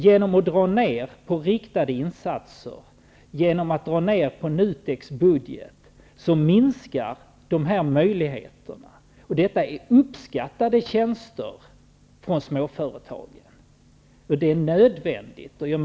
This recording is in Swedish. Genom att man drar ned på riktade insatser, genom att man drar ned på NUTEK:s budget, minskar de här möjligheterna. Och detta är av småföretagen uppskattade tjänster, och de är nödvändiga.